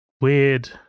weird